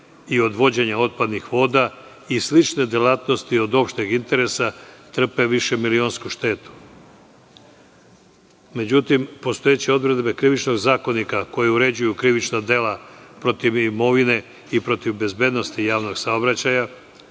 i odvođenja otpadnih voda i slične delatnosti od opšteg interesa, na taj način trpe višemilionsku štetu.Međutim, postojeće odredbe Krivičnog zakonika koje uređuju krivična dela protiv imovine i protiv bezbednosti javnog saobraćaja,